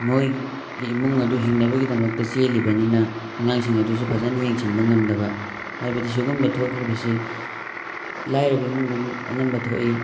ꯃꯣꯏꯒꯤ ꯏꯃꯨꯡ ꯑꯗꯨ ꯍꯤꯡꯅꯕꯒꯤꯗꯃꯛꯇ ꯆꯦꯜꯂꯤꯕꯅꯤꯅ ꯑꯉꯥꯡꯁꯤꯡ ꯑꯗꯨꯁꯨ ꯐꯖꯅ ꯌꯦꯡꯁꯤꯟꯕ ꯉꯝꯗꯕ ꯍꯥꯏꯕꯗꯤ ꯁꯤꯒꯨꯝꯕ ꯊꯣꯛꯂꯤꯕꯁꯤ ꯂꯥꯏꯔꯕ ꯏꯃꯨꯡꯗꯅ ꯑꯅꯝꯕ ꯊꯣꯛꯏ